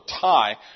tie